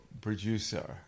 producer